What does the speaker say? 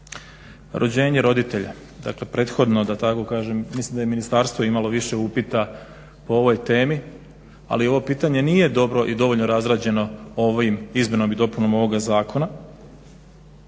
rođenje roditelja, dakle prethodno da tako kažem mislim da je ministarstvo imalo više upita po ovoj temi. Ali ovo pitanje nije dobro i dovoljno razrađeno o ovim izmenom i dopunom ovoga Zakona